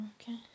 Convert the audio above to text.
okay